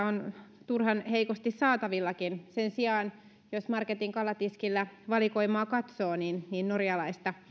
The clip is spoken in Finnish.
on turhan heikosti saatavillakin sen sijaan jos marketin kalatiskillä valikoimaa katsoo norjalaista